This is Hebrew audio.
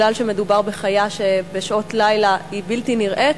כי מדובר בחיה שבשעות לילה היא בלתי נראית,